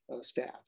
staff